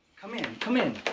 come in, come in.